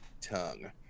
tongue